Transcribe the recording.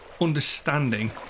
understanding